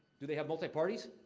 do they have multi-parties?